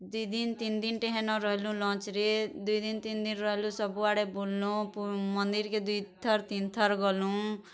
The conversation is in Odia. ଦୁଇଦିନ୍ ତିନ୍ ଦିନ୍ଟେ ହେନ ରହେଲୁ ଲଞ୍ଚ୍ରେ ଦୁଇ ଦିନ୍ ତିନ୍ ଦିନ୍ ରହେଲୁଁ ସବୁଆଡ଼େ ବୁଲଲୁଁ ପୁ ମନ୍ଦିର ଦୁଇଥର୍ ତିନ୍ଥର୍ ଗଲୁଁ